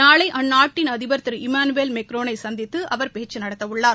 நாளை அந்நாட்டின் அதிபர் திரு இமானுவேல் மேக்ரோனை சந்தித்து அவர் பேச்சு நடத்தவுள்ளார்